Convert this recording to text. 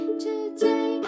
today